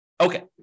Okay